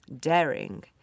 daring